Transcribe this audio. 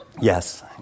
yes